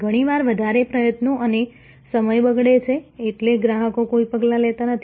ઘણીવાર વધારે પ્રયત્નો અને સમય બગડે છે એટલે ગ્રાહકો કોઈ પગલાં લેતા નથી